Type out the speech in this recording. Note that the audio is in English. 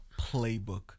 Playbook